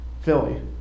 Philly